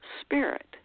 spirit